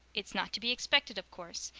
it's not to be expected, of course.